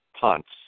punts